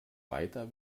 weiter